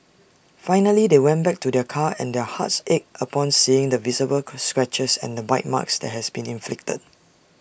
finally they went back to their car and their hearts ached upon seeing the visible scratches and bite marks that had been inflicted